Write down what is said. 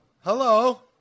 Hello